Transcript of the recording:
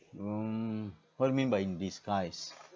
um what you mean by in disguise